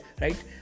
right